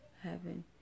heaven